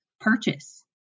purchase